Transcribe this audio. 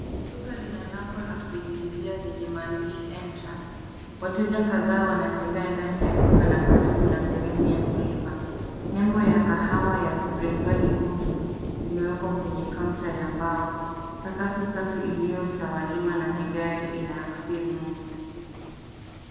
Duka lina lango la kuingilia lenye maandishi entrance . Wateja kadhaa wanatembea ndani ya duka na karibu na sehemu ya kulipa. Nembo ya kahawa ya spring valley coffee , imewekwa kwenye kaunta ya mbao. Sakafu safi iliyotawaliwa na vigae inaaksiri nuru.